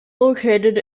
located